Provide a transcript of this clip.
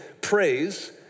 praise